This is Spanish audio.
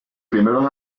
primeros